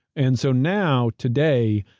and so now, today,